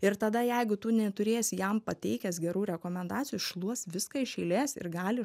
ir tada jeigu tu neturėsi jam pateikęs gerų rekomendacijų šluos viską iš eilės ir gali